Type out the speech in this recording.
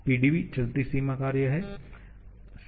PdV चलती सीमा कार्य है